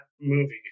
movie